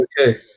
okay